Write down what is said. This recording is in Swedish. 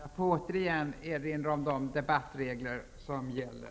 Jag får återigen erinra om de debattregler som gäller.